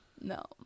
No